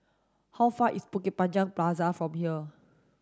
how far is Bukit Panjang Plaza from here